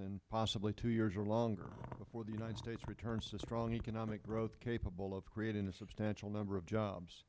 and possibly two years or longer before the united states returns to strong economic growth capable of creating a substantial number of jobs